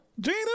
Gina